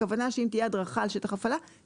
הכוונה שאם תהיה הדרכה על שטח הפעלה,